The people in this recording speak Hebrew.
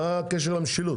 מה הקשר למשילות?